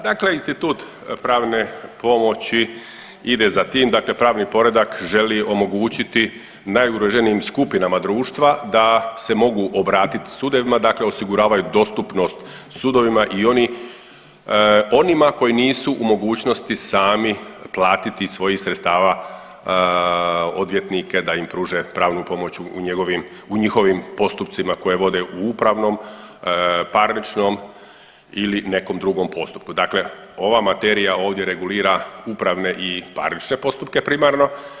Dakle institut pravne pomoći ide za tim, dakle pravni poredak želi omogućiti najugroženijim skupinama društva da se mogu obratit sudovima, dakle osiguravaju dostupnost sudovima i oni, onima koji nisu u mogućnosti sami platiti iz svojih sredstava odvjetnike da im pruže pravnu pomoć u njegovim, u njihovim postupcima koje vode u upravnom, parničnom ili nekom drugom postupku, dakle ova materija ovdje regulira upravne i parnične postupke primarno.